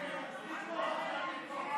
נתקבלו.